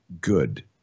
good